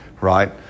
Right